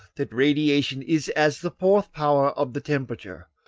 that radiation is as the fourth power of the temperature,